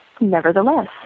Nevertheless